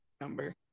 number